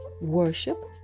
worship